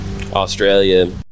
Australia